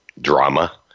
drama